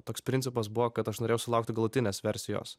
toks principas buvo kad aš norėjau sulaukti galutinės versijos